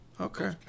Okay